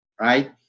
right